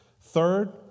third